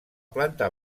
planta